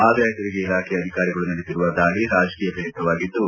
ಆದಾಯ ತೆರಿಗೆ ಇಲಾಖೆ ಅಧಿಕಾರಿಗಳು ನಡೆಸಿರುವ ದಾಳಿ ರಾಜಕೀಯ ಪ್ರೇರಿತವಾಗಿದ್ದು